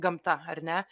gamta ar ne